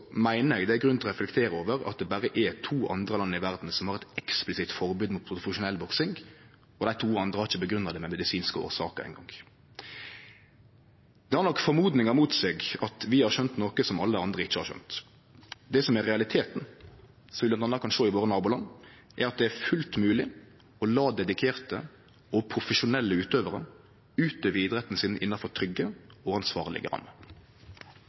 meiner eg det er grunn til å reflektere over at det berre er to andre land i verda som har eit eksplisitt forbod mot profesjonell boksing, og dei to andre har ikkje grunngjeve det med medisinske årsaker eingong. Det har nok mistanken mot seg, at vi har skjønt noko som alle andre ikkje har skjønt. Det som er realiteten, som vi m.a. kan sjå i nabolanda våre, er at det er fullt mogleg å la dedikerte og profesjonelle utøvarar utøve idretten sin innanfor trygge og ansvarlege